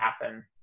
happen